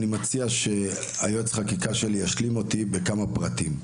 אני מציע שיועץ החקיקה שלי ישלים אותי בכמה פרטים.